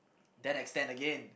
then extend again